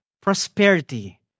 prosperity